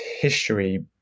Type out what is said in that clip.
history